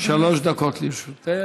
שלוש דקות לרשותך.